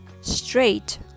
straight